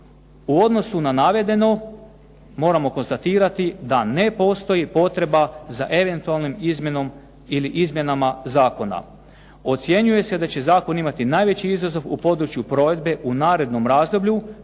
U odnosu na navedeno moramo konstatirati da ne postoji potreba za eventualnom izmjenom ili izmjenama zakona. Ocjenjuje se da će zakon imati najveći izazov u području provedbe u narednom razdoblju